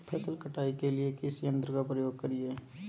फसल कटाई के लिए किस यंत्र का प्रयोग करिये?